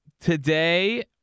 Today